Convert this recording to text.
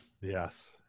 Yes